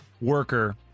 worker